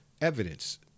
evidence